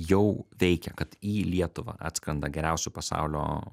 jau teikia kad į lietuvą atskrenda geriausių pasaulio